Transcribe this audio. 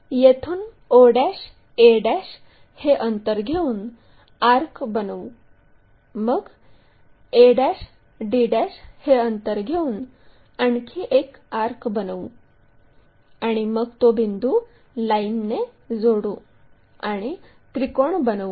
येथून o a हे अंतर घेऊन आर्क बनवू मग a d हे अंतर घेऊन आणखी एक आर्क बनवू आणि मग तो बिंदू लाईनने जोडू आणि त्रिकोण बनवू